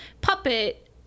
puppet